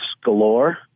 galore